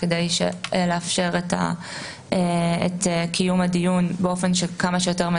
כדי לאפשר את קיום הדיון כמה שיותר באופן